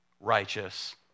righteous